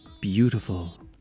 beautiful